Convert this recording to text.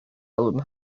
album